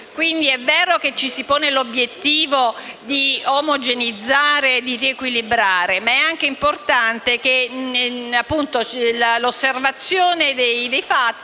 quindi, ci si pone l'obiettivo di omogeneizzare e riequilibrare. Tuttavia, è anche importante che l'osservazione dei fatti